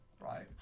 Right